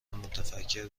متفکر